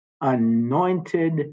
anointed